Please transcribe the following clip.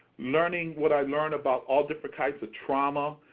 learning what i learnt about all different types of trauma,